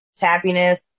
happiness